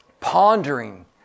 pondering